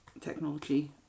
technology